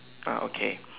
ah okay